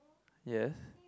yes